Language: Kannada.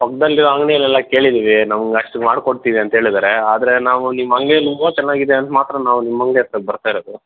ಪಕ್ಕದಲ್ಲಿರೊ ಅಂಗಡಿಯಲೆಲ್ಲ ಕೇಳಿದ್ದೀವಿ ನಮ್ಗೆ ಅಷ್ಟಕ್ಕೆ ಮಾಡಿಕೊಡ್ತೀವಿ ಅಂತ್ಹೇಳಿದ್ದಾರೆ ಆದರೆ ನಾವು ನಿಮ್ಮ ಅಂಗ್ಡಿಯಲ್ಲಿ ಹೂವ ಚೆನ್ನಾಗಿದೆ ಅಂತ ಮಾತ್ರ ನಾವು ನಿಮ್ಮ ಅಂಗಡಿ ಹತ್ರ ಬರ್ತಾ ಇರೋದು